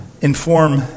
inform